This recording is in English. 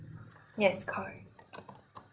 yes correct